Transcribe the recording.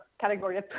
category